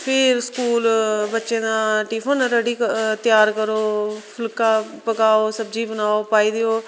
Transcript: फिर स्कूल बच्चे दा टिफन रैडी करो फुल्का पकाओ सब्जी बनाओ पाई देओ